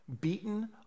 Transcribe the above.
beaten